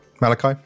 Malachi